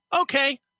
okay